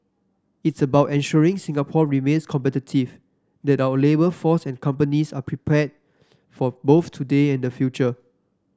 it's about ensuring Singapore remains competitive that our labour force and companies are prepared for both today and the future